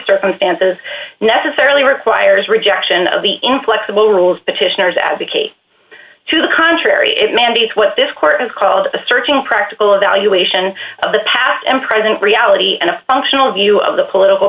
circumstances necessarily requires rejection of the inflexible rules petitioners advocate to the contrary it mandates what this court is called the searching practical evaluation of the past and present reality and a functional view of the political